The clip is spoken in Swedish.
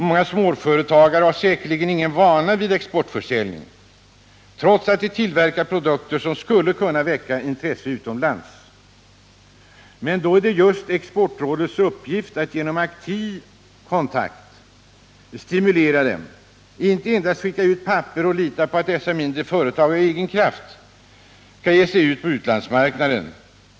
Många småföretag har säkerligen ingen vana vid exportförsäljning, trots att de tillverkar produkter som skulle kunna väcka intresse utomlands. Då är det just Exportrådets uppgift att genom aktiv kontakt stimulera dem, inte endast skicka ut papper och lita på att dessa mindre företag av egen kraft skall ge sig ut på utlandsmarknaden.